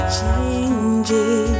changes